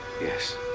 Yes